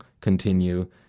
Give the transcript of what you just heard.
continue